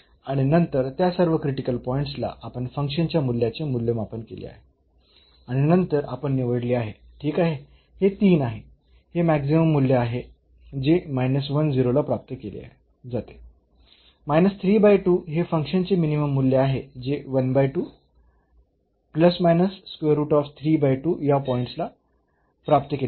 आणि नंतर त्या सर्व क्रिटिकल पॉईंट्सला आपण फंक्शनच्या मूल्याचे मूल्यमापन केले आहे आणि नंतर आपण निवडले आहे ठीक आहे हे 3 आहे हे मॅक्सिमम मूल्य आहे जे ला प्राप्त केले जाते हे फंक्शन चे मिनिमम मूल्य आहे जे या पॉईंटला प्राप्त केले जाते